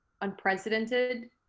unprecedented